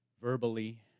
verbally